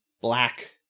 Black